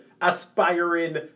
aspiring